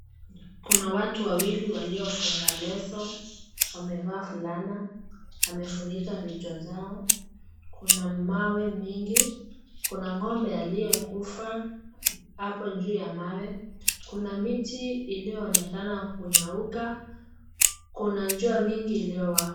Kuna watu wawili waliyofunga leso, wamevaa fulana, wamefunika vichwa zao. Kuna mawe mingi. Kuna ngombe aliyekufa hapo juu ya mawe. Kuna miti iliyoonekana kunyauka. Kuna jua mingi iliyowaka.